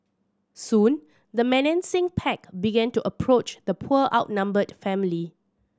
soon the menacing pack began to approach the poor outnumbered family